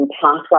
pathway